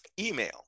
email